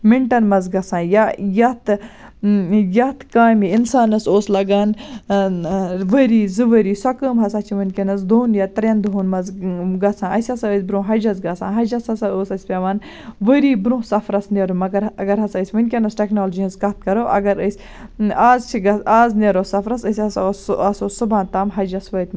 مِنٹن منٛز گژھان یا یَتھ یَتھ کامہِ اِنسانَس اوس لگان ؤری زٕ ؤری سۄ کٲم ہسا چھِ ؤنکیٚنس دۄن یا ترٛین دۄہَن منٛز گژھان اَسہِ ہسا ٲسۍ برونٛہہ حَجَس گژھان حجَس ہسا اوس اَسہِ پیٚوان ؤری برونٛہہ سَفرَس نیرُن مَگر اَگر ہسا أسۍ ؤنکیٚنس ٹیکنالجی ہنٛز کَتھ کرو اَگر أسۍ آز چھِ گژ آز نیرو سَفرَس أسۍ آسو أسۍ آسو صبُحس تام حَجِس وٲتمٕتۍ